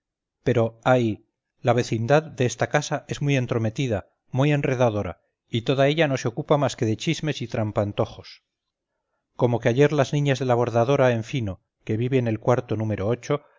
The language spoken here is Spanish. pero ay la vecindad de esta casa es muy entrometida muy enredadora y toda ella no se ocupa más que de chismes y trampantojos como que ayer las niñas de la bordadora en fino que vive en el cuarto núm